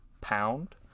Pound